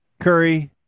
Curry